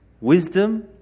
Wisdom